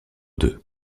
deux